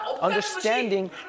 Understanding